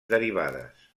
derivades